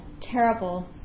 terrible